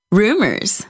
rumors